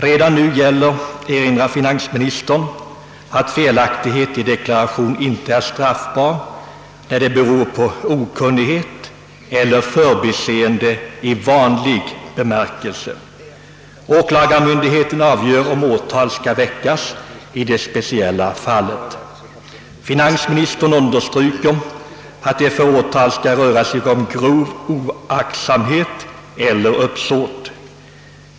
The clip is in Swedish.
Redan nu gäller, erinrar finansministern, att felaktighet i deklaration inte är straffbar när den beror på okunnighet eller förbiseende i vanlig bemärkelse. Åklagarmyndigheten avgör om åtal skall väckas i det speciella fallet. Finansministern understryker att det för åtal skall röra sig om grov oaktsamhet eller uppsåt.